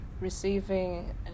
receiving